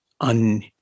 un